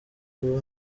kuba